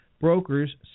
Brokers